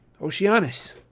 Oceanus